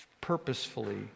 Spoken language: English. purposefully